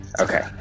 Okay